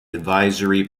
advisory